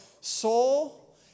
soul